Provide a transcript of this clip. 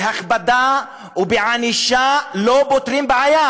בהכבדה ובענישה לא פותרים בעיה,